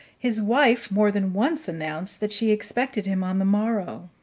his wife more than once announced that she expected him on the morrow